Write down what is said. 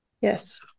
Yes